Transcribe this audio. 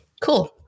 Cool